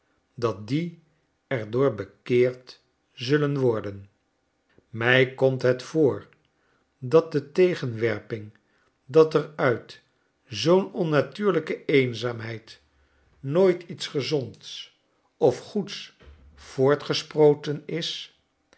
dat die er door bekeerd zullen worden mij komt het voor dat de tegenwerping dat er uit zoo'n onnatuurlijke eenzaamheid nooit iets gezonds of goeds voortgesproten is